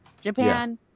Japan